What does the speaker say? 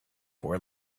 were